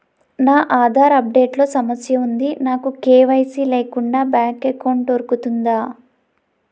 నా Aadhaar update లో సమస్య వుంది నాకు కే.వై.సీ లేకుండా బ్యాంక్ ఎకౌంట్దొ రుకుతుందా?